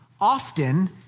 often